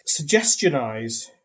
Suggestionize